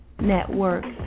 networks